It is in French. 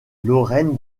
lorraine